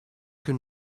can